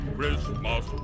Christmas